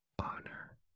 honor